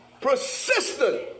persistent